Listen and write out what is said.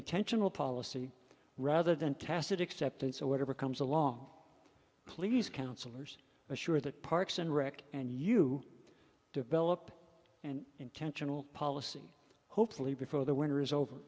intentional policy rather than tacit acceptance of whatever comes along please councillors assure that parks and rec and you develop an intentional policy hopefully before the winter is over